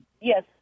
Yes